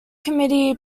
committee